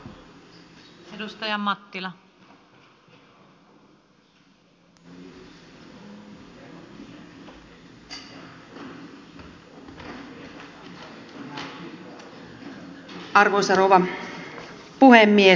arvoisa rouva puhemies